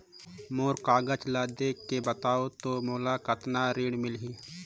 मोर कागज ला देखके बताव तो मोला कतना ऋण मिलही?